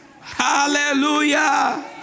Hallelujah